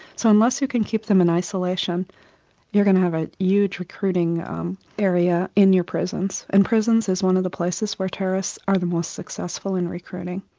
so unless you can keep them in isolation you're going to have a huge recruiting area in your prisons, and prison is one of the places where terrorists are the most successful in recruiting.